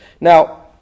Now